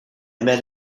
met